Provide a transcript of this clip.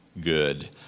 good